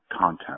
content